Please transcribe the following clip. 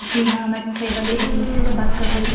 जी हाँ मैं travel agency से बात कर रही हूँ